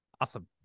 Awesome